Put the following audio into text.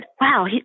Wow